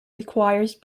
requires